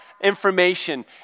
information